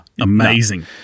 Amazing